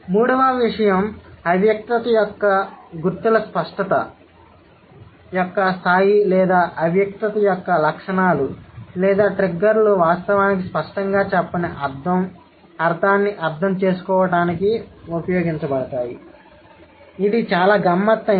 మూడవ విషయం అవ్యక్తత యొక్క గుర్తుల స్పష్టత యొక్క స్థాయి లేదా అవ్యక్తత యొక్క లక్షణాలు లేదా ట్రిగ్గర్లు వాస్తవానికి స్పష్టంగా చెప్పని అర్థాన్ని అర్థం చేసుకోవడానికి ఉపయోగించబడతాయి ఇది చాలా గమ్మత్తైనది